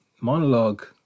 monologue